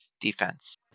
defense